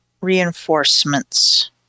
reinforcements